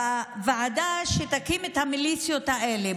בוועדה שתקים את המיליציות האלה.